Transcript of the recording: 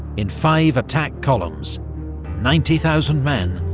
in five attack columns ninety thousand men,